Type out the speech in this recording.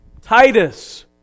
Titus